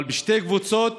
אבל בשתי קבוצות